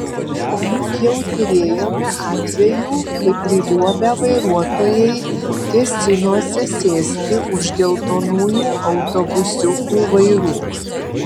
o juk jau turėjome atvejų kai priliuobę vairuotojai kėsinosi sėsti už geltonųjų autobusiukų vairų